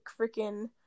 freaking